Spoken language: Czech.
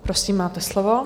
Prosím, máte slovo.